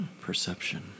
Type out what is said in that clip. Perception